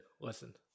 listen